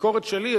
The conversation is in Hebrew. הביקורת שלי,